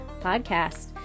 podcast